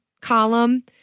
column